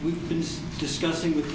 we've been discussing with